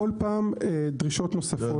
ככל שמוגש מפרט שעומד בדרישות שלנו,